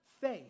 Faith